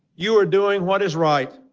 you are doing what is right,